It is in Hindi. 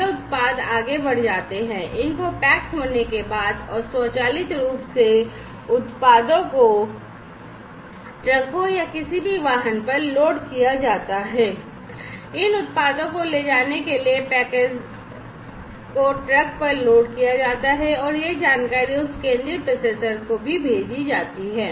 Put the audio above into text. ये उत्पाद आगे बढ़ जाते हैं इनके पैक होने के बाद और स्वचालित रूप से उत्पादों को ट्रकों या किसी भी वाहन पर लोड किया जाता है इन उत्पादों को ले जाने के लिए पैकेजों को ट्रक पर लोड किया जाता है और यह जानकारी उस केंद्रीय प्रोसेसर को भी भेजी जाती है